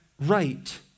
right